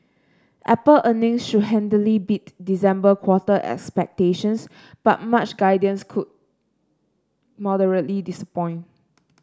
apple earnings should handily beat December quarter expectations but March guidance could moderately disappoint